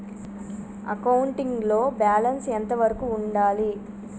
Accounting లో balance ఎంత వరకు ఉండాలి?